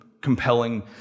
compelling